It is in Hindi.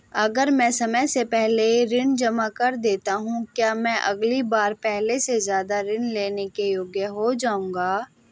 अगर मैं समय से पहले ऋण जमा कर दूं तो क्या मैं अगली बार पहले से ज़्यादा ऋण लेने के योग्य हो जाऊँगा?